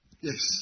Yes